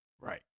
Right